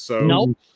Nope